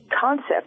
concept